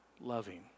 loving